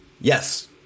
Yes